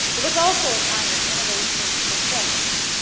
it was also a time of innovation and change.